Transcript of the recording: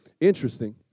interesting